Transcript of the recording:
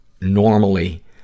normally